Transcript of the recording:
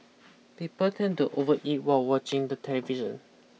people tend to overeat while watching the television